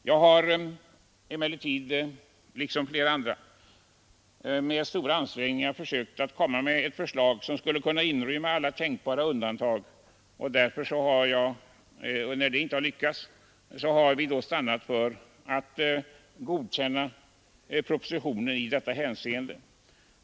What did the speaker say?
Jag har emellertid i likhet med flera andra med stora ansträngningar försökt komma med förslag som skulle kunna inrymma alla tänkbara undantag. När det inte har lyckats har vi stannat för att godkänna propositionen i detta hänseende.